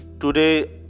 today